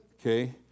okay